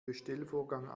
bestellvorgang